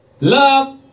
love